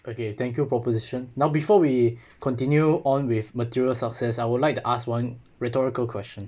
okay thank you proposition now before we continue on with material success I would like to ask one rhetorical question